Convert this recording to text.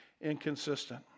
inconsistent